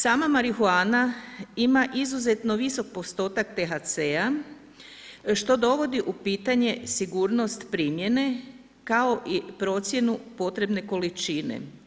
Sama marihuana ima izuzetno visok postotak THC-a što dovodi u pitanje sigurnost primjene kao i procjenu potrebne količine.